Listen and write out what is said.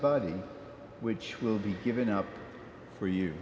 body which will be given up for you